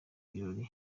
birori